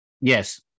Yes